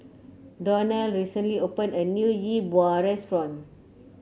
Donell recently opened a new Yi Bua Restaurant